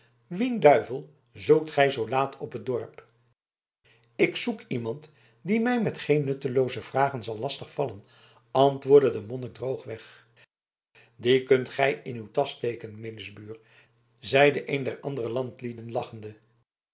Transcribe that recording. wien duivel zoekt gij zoo laat op het dorp ik zoek iemand die mij met geen nuttelooze vragen zal lastig vallen antwoordde de monnik droogweg dien kunt gij in uw tasch steken melisbuur zeide een der andere landlieden lachende